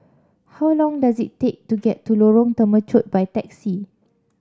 how long does it take to get to Lorong Temechut by taxi